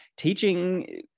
Teaching